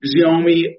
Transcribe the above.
Xiaomi